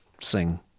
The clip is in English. sing